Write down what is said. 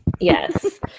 yes